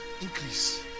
increase